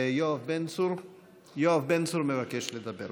יואב בן צור מבקש לדבר.